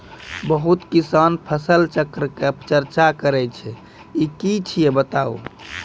बहुत किसान फसल चक्रक चर्चा करै छै ई की छियै बताऊ?